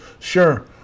Sure